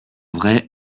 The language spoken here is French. vrai